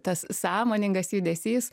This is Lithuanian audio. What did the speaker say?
tas sąmoningas judesys